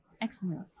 Excellent